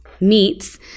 meats